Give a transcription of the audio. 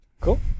Cool